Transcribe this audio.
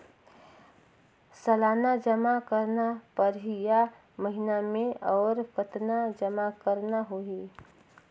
सालाना जमा करना परही या महीना मे और कतना जमा करना होहि?